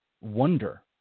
wonder